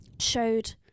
showed